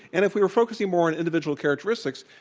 and if we were focusing more on individual characteristics,